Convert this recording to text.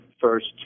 first